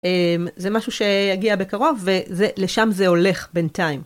זה משהו שיגיע בקרוב ולשם זה הולך בינתיים.